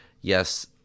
Yes